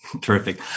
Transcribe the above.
Terrific